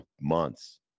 months